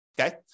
okay